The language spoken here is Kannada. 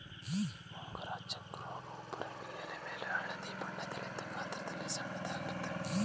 ಉಂಗುರ ಚುಕ್ಕೆ ರೋಗವು ಪರಂಗಿ ಎಲೆಮೇಲೆ ಹಳದಿ ಬಣ್ಣದಲ್ಲಿದ್ದು ಗಾತ್ರದಲ್ಲಿ ಸಣ್ಣದಾಗಿರ್ತದೆ